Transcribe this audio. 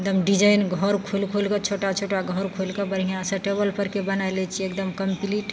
एकदम डिजाइन घर खोलि खोलिके छोटा छोटा घर खोलिके बढ़िआँसँ टेबल परके बनाय लै छियै एकदम कम्प्लीट